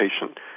patient